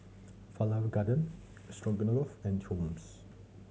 Falafel Garden Stroganoff and Hummus